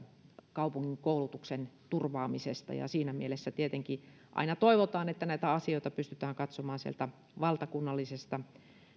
kaupungin koulutuksen turvaamisesta siinä mielessä tietenkin aina toivotaan että näitä asioita pystytään katsomaan sieltä valtakunnallisesta